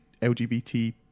lgbt